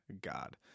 God